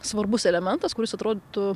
svarbus elementas kuris atrodytų